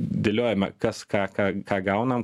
dėliojame kas ką ką ką gaunam